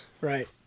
Right